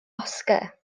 oscar